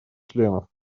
членов